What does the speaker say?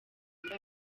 muri